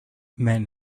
men